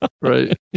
right